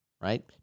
Right